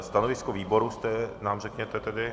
Stanovisko výboru nám řekněte tedy.